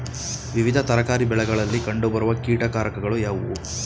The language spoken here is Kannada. ವಿವಿಧ ತರಕಾರಿ ಬೆಳೆಗಳಲ್ಲಿ ಕಂಡು ಬರುವ ಕೀಟಕಾರಕಗಳು ಯಾವುವು?